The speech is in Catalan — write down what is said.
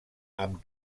amb